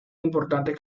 importantes